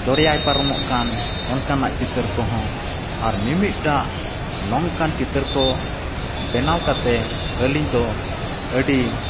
ᱫᱚᱨᱭᱟᱭ ᱯᱟᱨᱚᱢᱚᱜ ᱠᱟᱱ ᱚᱱᱠᱟᱱᱟᱜ ᱪᱤᱛᱟᱹᱨ ᱠᱚ ᱵᱮᱱᱟᱣ ᱠᱟᱛᱮᱫ ᱟᱹᱞᱤᱧ ᱫᱚ ᱟᱹᱰᱤ